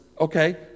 Okay